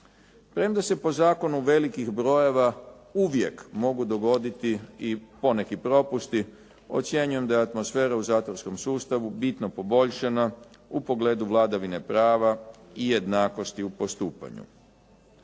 Premda se po zakonu velikih brojeva uvijek mogu dogoditi i poneki propusti, ocjenjujem da je atmosfera u zatvorskom sustavu bitno poboljšana u pogledu vladavine prava i jednakosti u postupanju.